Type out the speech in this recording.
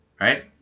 Right